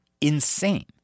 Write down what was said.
insane